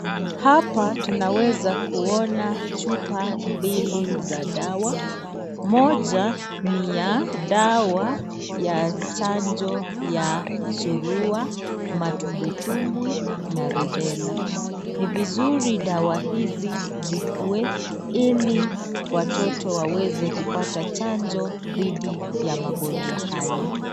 Hapa tunaweza kuona chupa mbili za dawa, moja ni ya dawa ya chanjo ya suruwa, matumbwitumbwi, na rubella. Ni vizuri dawa hizi zikuwe ili watoto waweze kupata chanjo dhidi ya magonjwa hayo.